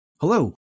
Hello